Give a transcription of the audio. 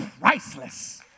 priceless